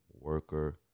worker